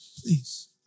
Please